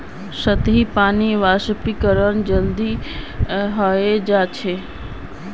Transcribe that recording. सतही पानीर वाष्पीकरण जल्दी हय जा छे